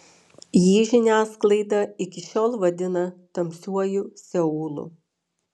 jį žiniasklaida iki šiol vadina tamsiuoju seulu